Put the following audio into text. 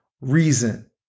reason